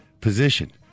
position